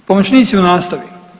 Pomoćnici u nastavi.